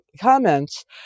comments